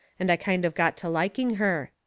and i kind of got to liking her.